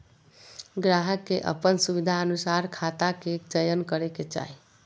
ग्राहक के अपन सुविधानुसार खाता के चयन करे के चाही